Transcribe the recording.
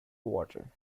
water